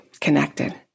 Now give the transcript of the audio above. connected